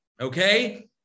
Okay